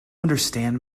understand